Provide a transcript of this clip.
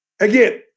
Again